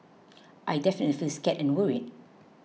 I definitely feel scared and worried